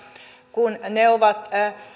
kun ne ovat